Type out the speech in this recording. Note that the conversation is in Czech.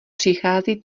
přichází